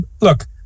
Look